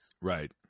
Right